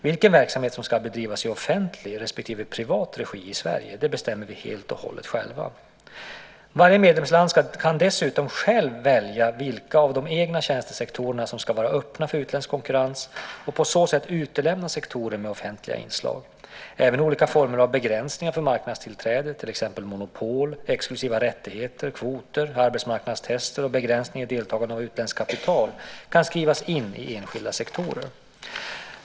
Vilken verksamhet som ska bedrivas i offentlig respektive privat regi i Sverige bestämmer vi helt och hållet själva. Varje medlemsland kan dessutom självt välja vilka av de egna tjänstesektorerna som ska vara öppna för utländsk konkurrens och på så sätt utelämna sektorer med offentliga inslag. Även olika former av begränsningar för marknadstillträde, till exempel monopol, exklusiva rättigheter, kvoter, arbetsmarknadstest och begränsningar i deltagandet av utländskt kapital, kan skrivas in i enskilda sektorer.